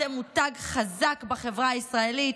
אתם מותג חזק בחברה הישראלית,